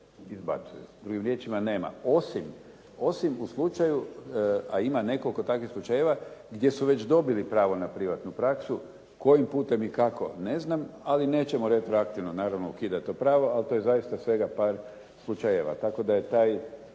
izbacuju. Drugim riječima nema, osim u slučaju, a ima nekoliko takvih slučajeva, gdje su već dobili pravo na privatnu praksu. Kojim putem i kako ne znam, ali nećemo retroaktivno naravno ukidat to pravo, ali to je zaista svega par slučajeva. Tako da je taj